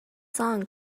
song